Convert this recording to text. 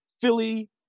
Philly